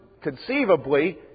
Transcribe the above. conceivably